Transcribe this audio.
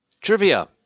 Trivia